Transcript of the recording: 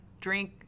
drink